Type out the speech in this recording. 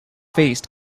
faced